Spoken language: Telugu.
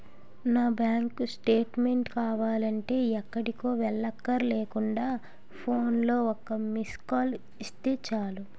నా బాంకు స్టేట్మేంట్ కావాలంటే ఎక్కడికో వెళ్ళక్కర్లేకుండా ఫోన్లో ఒక్క మిస్కాల్ ఇస్తే చాలు